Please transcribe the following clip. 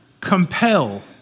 Compel